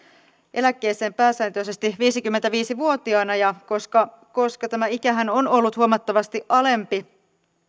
eläkkeeseen pääsääntöisesti viisikymmentäviisi vuotiaana ja koska koska tämä ikä on ollut huomattavasti alempi